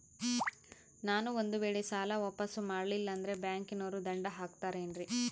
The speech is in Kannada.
ನಾನು ಒಂದು ವೇಳೆ ಸಾಲ ವಾಪಾಸ್ಸು ಮಾಡಲಿಲ್ಲಂದ್ರೆ ಬ್ಯಾಂಕನೋರು ದಂಡ ಹಾಕತ್ತಾರೇನ್ರಿ?